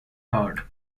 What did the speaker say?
hard